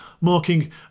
Marking